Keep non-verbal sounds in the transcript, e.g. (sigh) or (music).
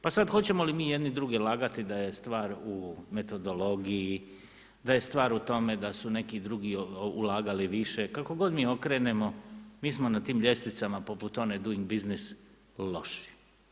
Pa sada hoćemo li mi jedne druge lagati da je stvar u metodologiji, da je stvar u tome da su neki drugi ulagali više kako god mi okrenemo, mi smo na tim ljestvicama poput one … (unintelligible) biznis loši.